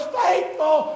faithful